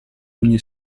ogni